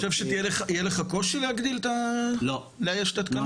אתה חושב שיהיה לך קושי להגדיל, לאייש את התקנים?